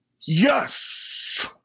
Yes